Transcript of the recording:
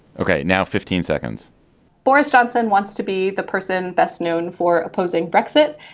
okay. now fifteen seconds boris johnson wants to be the person best known for opposing brexit.